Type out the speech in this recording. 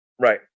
Right